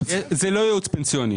זה לא ייעוץ פנסיוני.